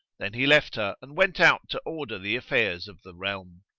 then he left her and went out to order the affairs of the realm.